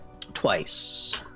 twice